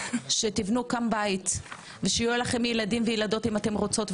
שתבנו כאן בית ויהיו לכם ילדים וילדות אם תרצו בכך.